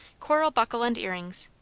coral buckle and earrings,